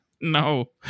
No